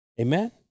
Amen